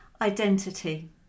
Identity